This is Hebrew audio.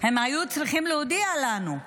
הם היו צריכים להודיע לנו.